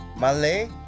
Malay